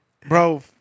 Bro